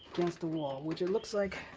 against the wall. which it looks like,